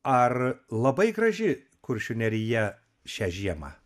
ar labai graži kuršių nerija šią žiemą